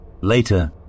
Later